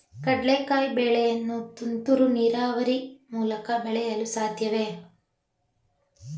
ಕಡ್ಲೆಕಾಯಿ ಬೆಳೆಯನ್ನು ತುಂತುರು ನೀರಾವರಿ ಮೂಲಕ ಬೆಳೆಯಲು ಸಾಧ್ಯವೇ?